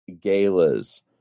galas